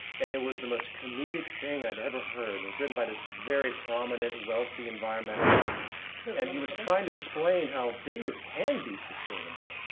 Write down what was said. and it was the most comedic thing i've ever heard. it was written by this very prominent wealthy environmentalist and he was trying to explain how business can be sustainable.